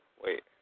wait